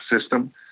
system